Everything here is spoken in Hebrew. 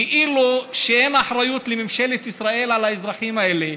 כאילו אין אחריות לממשלת ישראל על האזרחים האלה,